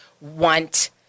want